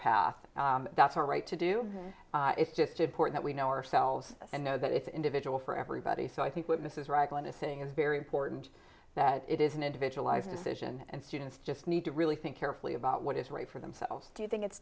path that's our right to do it's just important we know ourselves and know that it's individual for everybody so i think what mrs ragland is saying is very important that it is an individualized decision and students just need to really think carefully about what is right for themselves do you think it's